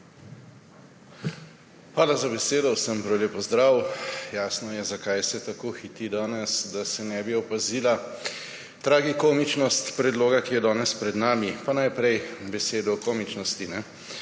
Hvala za besedo. Vsem prav lep pozdrav! Jasno je, zakaj se tako hiti danes – da se ne bi opazila tragikomičnost predloga, ki je danes pred nami. Pa najprej beseda o komičnosti.